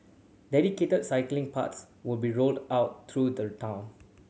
dedicated cycling path would be rolled out through the town